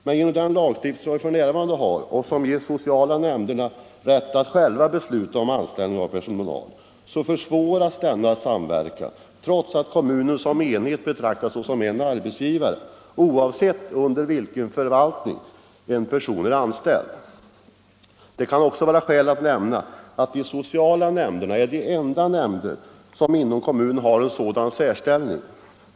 Men genom den lagstiftning som vi f. n. har, och som ger de sociala nämnderna rätt att själva besluta om anställning av personal, försvåras denna samverkan, trots att kommunen som enhet betraktas såsom en arbetsgivare oavsett under vilken förvaltning en person är anställd. Det kan vara skäl att nämna att de sociala nämnderna är de enda nämnder som inom kommunerna har en sådan särställning.